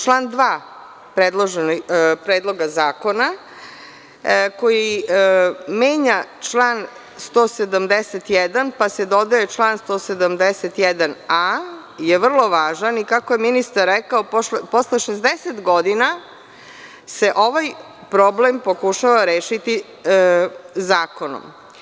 Član 2. Predloga zakona koji menja član 171, pa se dodaje član 171a je vrlo važan i kako je ministar rekao, posle 60 godina se ovaj problem pokušava rešiti zakonom.